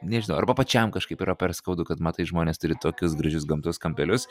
nežinau arba pačiam kažkaip yra per skaudu kad matai žmonės turi tokius gražius gamtos kampelius